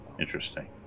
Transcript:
Interesting